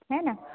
है न